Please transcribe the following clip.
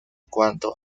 cuanto